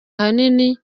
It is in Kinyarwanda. ahanini